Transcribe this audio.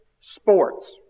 sports